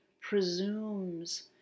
presumes